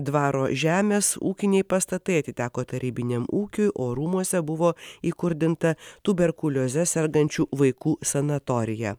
dvaro žemės ūkiniai pastatai atiteko tarybiniam ūkiui o rūmuose buvo įkurdinta tuberkulioze sergančių vaikų sanatorija